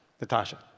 Natasha